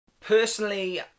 Personally